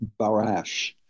Barash